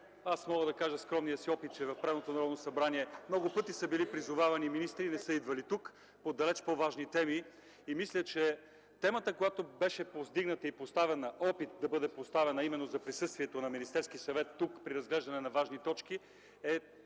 аз мога да кажа със скромния си опит, че в предното Народно събрание много пъти са били призовавани министри и не са идвали тук по далеч по-важни теми и мисля, че темата, която беше повдигната и поставена, опит да бъде поставена, а именно за присъствието на Министерския съвет при разглеждане на важни точки е